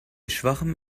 schwachem